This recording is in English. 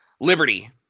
liberty